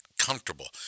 comfortable